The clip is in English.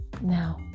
Now